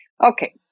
Okay